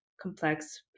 complex